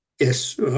Yes